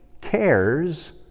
cares